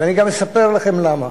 ואני גם אספר לכם למה,